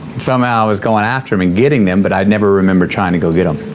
somehow it was going after me getting them but i never remember trying to go get em.